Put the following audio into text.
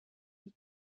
die